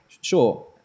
sure